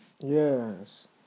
Yes